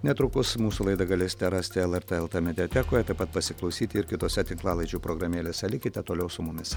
netrukus mūsų laidą galėsite rasti lrt lt mediatekoje taip pat pasiklausyti ir kitose tinklalaidžių programėlėse likite toliau su mumis